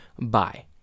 Bye